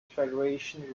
federation